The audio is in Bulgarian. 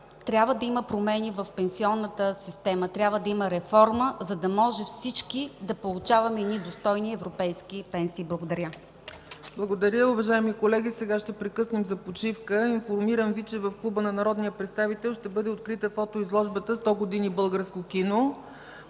трябва да има промени в пенсионната система. Трябва да има реформа, за да можем всички да получаваме достойни европейски пенсии. Благодаря. ПРЕДСЕДАТЕЛ ЦЕЦКА ЦАЧЕВА: Благодаря. Уважаеми колеги, сега ще прекъснем за почивка. Информирам Ви, че в Клуба на народния представител ще бъде открита фотоизложбата „Сто години българско кино”,